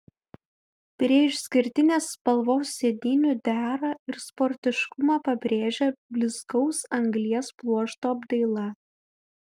prie išskirtinės spalvos sėdynių dera ir sportiškumą pabrėžia blizgaus anglies pluošto apdaila